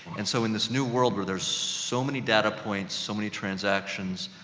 and so, in this new world, where there's so many data points, so many transactions,